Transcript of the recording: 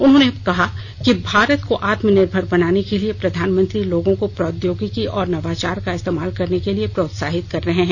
उन्होंने कहा कि भारत को आत्मनिर्भर बनाने के लिए प्रधानमंत्री लोगों को प्रौद्योगिकी और नवाचार का इस्तेमाल करने के लिए प्रोत्साहित कर रहे हैं